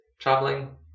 traveling